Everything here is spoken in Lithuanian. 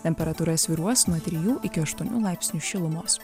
temperatūra svyruos nuo trijų iki aštuonių laipsnių šilumos